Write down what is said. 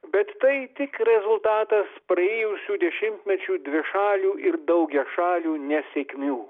bet tai tik rezultatas praėjusių dešimtmečių dvišalių ir daugiašalių nesėkmių